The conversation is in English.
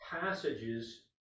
passages